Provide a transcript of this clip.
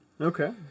Okay